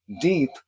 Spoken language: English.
deep